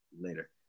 later